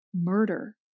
murder